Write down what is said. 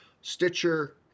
Stitcher